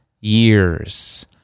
years